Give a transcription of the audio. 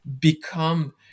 become